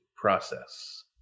process